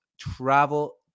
travel